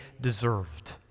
deserved